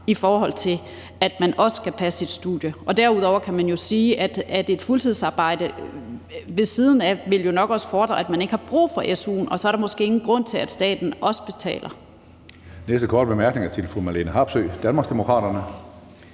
i forhold til at man også skal passe sit studie. Derudover kan man jo sige, at et fuldtidsarbejde ved siden af nok også ville betyde, at man ikke har brug for su, og så er der måske ingen grund til, at staten også betaler.